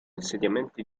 insediamenti